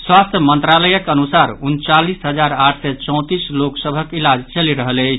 स्वास्थ्य मंत्रालयक अनुसार उनचालीस हजार आठ सय चौंतीस लोक सभक इलाज चलि रहल अछि